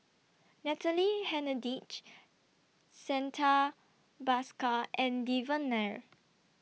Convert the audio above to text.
Natalie Hennedige Santha Bhaskar and Devan Nair